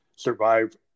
survive